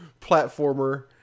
platformer